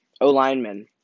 O-Lineman